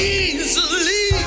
easily